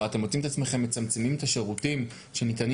אתם מוציאים את עצמכם מצמצמים את השירותים שניתנים